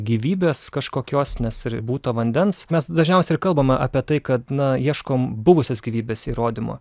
gyvybės kažkokios nes ir būta vandens mes dažniausiai ir kalbam apie tai kad na ieškom buvusios gyvybės įrodymų